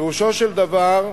פירושו של דבר,